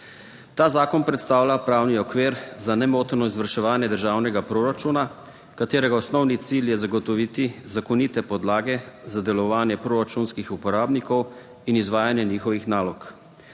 Ta zakon predstavlja pravni okvir za nemoteno izvrševanje državnega proračuna, katerega osnovni cilj je zagotoviti zakonite podlage za delovanje proračunskih uporabnikov in izvajanje njihovih nalog.